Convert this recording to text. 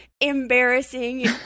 embarrassing